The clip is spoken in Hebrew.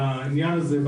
לעניין הזה,